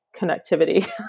connectivity